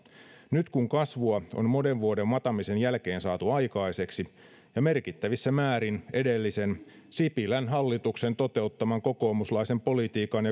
nyt kun kasvua on monen vuoden mataamisen jälkeen saatu aikaiseksi ja merkittävissä määrin edellisen sipilän hallituksen toteuttaman kokoomuslaisen politiikan